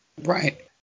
Right